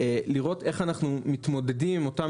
חשוב לראות איך אנחנו מתמודדים עם אותם